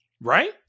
Right